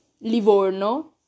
Livorno